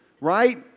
right